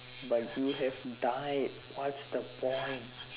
but you have died what's the point